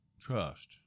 trust